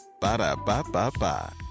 Ba-da-ba-ba-ba